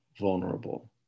vulnerable